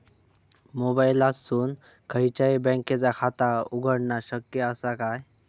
मोबाईलातसून खयच्याई बँकेचा खाता उघडणा शक्य असा काय?